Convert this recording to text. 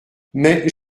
mais